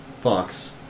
Fox